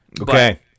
Okay